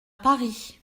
paris